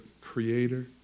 creator